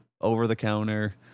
over-the-counter